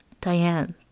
Diane